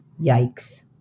Yikes